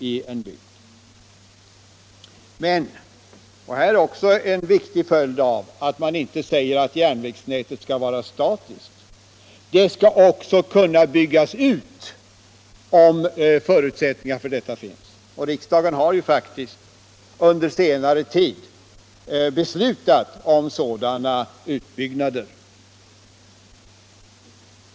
Men — och det är också en viktig 121 följd av att järnvägsnätet inte bör vara statiskt — järnvägstrafiken skall också kunna byggas ut, där förutsättningar härför finns. Riksdagen har faktiskt under senare tid beslutat om sådana utbyggnader.